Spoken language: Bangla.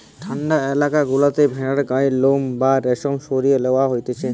ঠান্ডা এলাকা গুলাতে ভেড়ার গায়ের লোম বা রেশম সরিয়ে লওয়া হতিছে